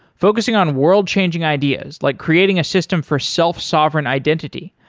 focusing on world-changing ideas like creating a system for self-sovereign identity,